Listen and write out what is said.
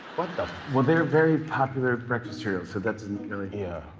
what the well, they're very popular breakfast cereals, so that doesn't really yeah.